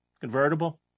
convertible